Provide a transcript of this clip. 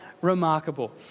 remarkable